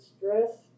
stress